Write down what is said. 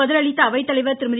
பதிலளித்த அவைத்தலைவர் திருமதி